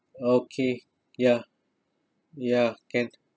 okay ya ya can